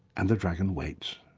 and the dragon waits.